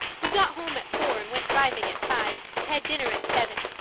we got home at four and went driving at five and had dinner at seven,